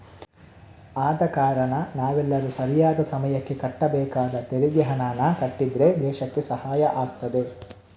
ಆದ ಕಾರಣ ನಾವೆಲ್ಲರೂ ಸರಿಯಾದ ಸಮಯಕ್ಕೆ ಕಟ್ಟಬೇಕಾದ ತೆರಿಗೆ ಹಣಾನ ಕಟ್ಟಿದ್ರೆ ದೇಶಕ್ಕೆ ಸಹಾಯ ಆಗ್ತದೆ